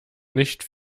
nicht